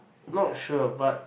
not sure but